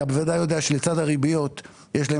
אתה בוודאי יודע שלצד הריביות יש גם